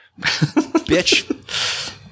bitch